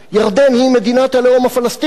ירדן היא מדינת הלאום הפלסטינית.